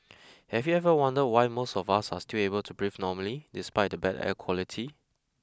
have you ever wondered why most of us are still able to breathe normally despite the bad air quality